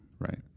Right